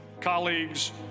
colleagues